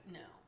no